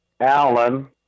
Alan